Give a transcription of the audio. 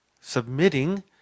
submitting